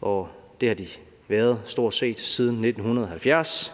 og det har de været stort set siden 1970.